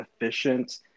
efficient